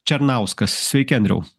černauskas sveiki andriau